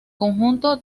conjunto